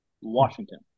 Washington